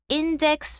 index